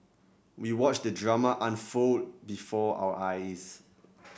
we watched the drama unfold before our eyes